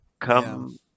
Come